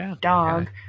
dog